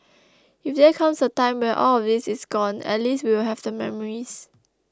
if there comes a time when all of this is gone at least we will have the memories